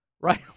right